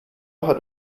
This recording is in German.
hat